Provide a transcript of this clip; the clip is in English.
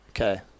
Okay